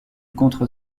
contre